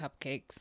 cupcakes